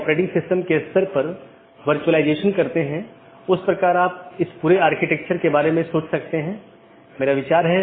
दूसरे अर्थ में यह कहने की कोशिश करता है कि अन्य EBGP राउटर को राउटिंग की जानकारी प्रदान करते समय यह क्या करता है